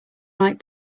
like